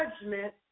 judgment